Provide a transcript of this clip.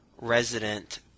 resident